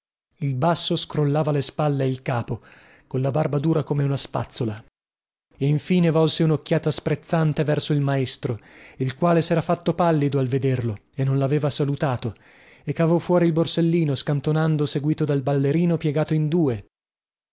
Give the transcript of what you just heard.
il basso scrollava le spalle e il capo colla barba dura come una spazzola infine volse unocchiata sprezzante verso il maestro il quale sera fatto pallido al vederlo e non laveva salutato e cavò fuori il borsellino scantonando seguito dal ballerino piegato in due